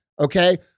okay